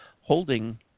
holding